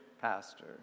pastor